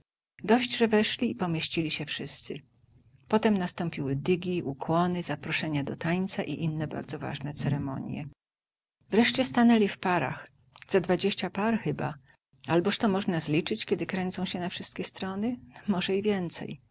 dość że weszli i pomieścili się wszyscy potem nastąpiły dygi ukłony zaproszenia do tańca i inne bardzo ważne ceremonje wreszcie stanęli w parach ze dwadzieścia par chyba alboż to można zliczyć kiedy kręcą się na wszystkie strony może i więcej